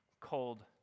cold